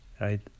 Right